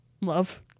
Love